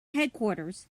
headquarters